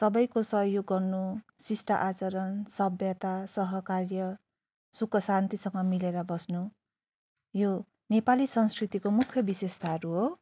सबैको सयोग गर्नु शिष्ट आचरण सभ्यता सहकार्य सुख शान्तिसँग मिलेर बस्नु यो नेपाली संस्कृतिको मुख्य विशेषताहरू हो